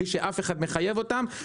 בלי שאף אחד מחייב אותם,